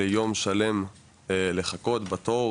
ליום שלם לחכות בתור